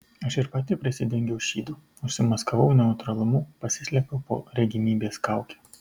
aš ir pati prisidengiau šydu užsimaskavau neutralumu pasislėpiau po regimybės kauke